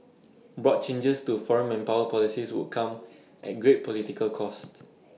broad changes to foreign manpower policies would come at great political cost